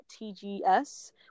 TGS